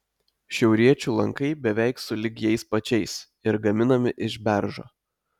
šiauriečių lankai beveik sulig jais pačiais ir gaminami iš beržo